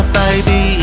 baby